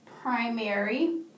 primary